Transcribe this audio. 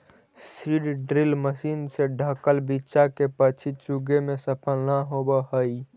seed drill machine से ढँकल बीचा के पक्षी चुगे में सफल न होवऽ हई